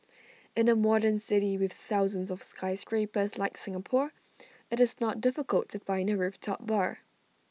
in A modern city with thousands of skyscrapers like Singapore IT is not difficult to find A rooftop bar